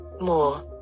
More